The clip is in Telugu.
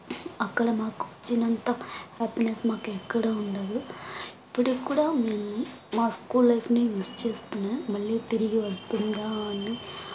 అక్కడ మాకు వచ్చినంత హ్యాపీనెస్ మాకెక్కడా ఉండదు ఇప్పుడికి కూడా మేం మా స్కూల్ లైఫ్ని మిస్ చేస్తున్న మళ్ళీ తిరిగి వస్తుందా అని